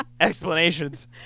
explanations